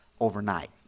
overnight